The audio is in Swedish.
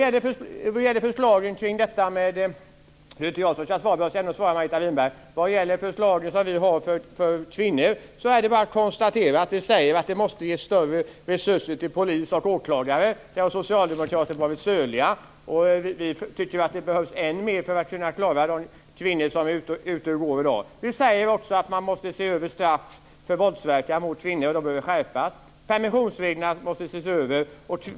Även om det inte är jag som ska svara, ska jag ändå svara Margareta Winberg. När det gäller de förslag som vi har för kvinnor säger vi att det måste ges större resurser till polis och åklagare. Där har Socialdemokraterna varit söliga. Vi tycker att det behövs än mer för att kunna skydda de kvinnor som är ute och går i dag. Vi säger också att man måste se över straffen för våldsverkare mot kvinnor. De behöver skärpas. Permissionsreglerna måste ses över.